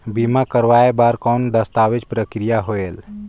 बीमा करवाय बार कौन दस्तावेज प्रक्रिया होएल?